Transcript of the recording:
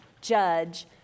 judge